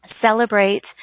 celebrate